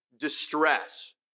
distress